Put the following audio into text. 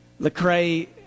Lecrae